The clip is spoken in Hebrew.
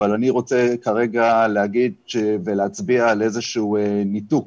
אבל אני רוצה כרגע להגיד ולהצביע על איזה שהוא ניתוק